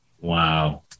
Wow